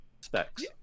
specs